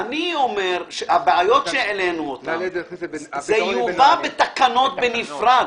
אני אומר: הבעיות שהעלינו עכשיו יובאו בתקנות בנפרד.